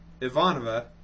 Ivanova